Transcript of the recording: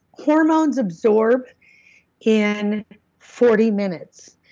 hormones absorb in forty minutes.